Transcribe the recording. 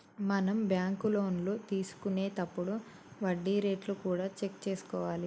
మనం బ్యాంకు లోన్లు తీసుకొనేతప్పుడు వడ్డీ రేట్లు కూడా చెక్ చేసుకోవాలి